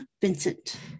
Vincent